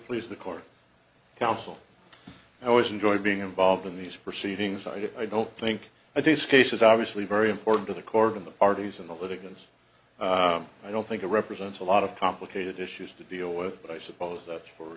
please the court counsel i always enjoyed being involved in these proceedings i don't think i think this case is obviously very important to the court of the parties and the litigants i don't think it represents a lot of complicated issues to deal with but i suppose that's for